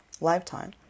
lifetime